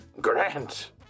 Grant